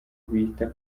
bita